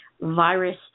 virus